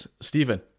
Stephen